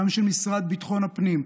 גם של משרד ביטחון הפנים,